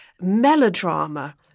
melodrama